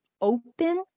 open